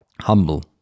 humble